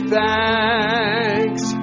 thanks